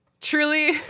truly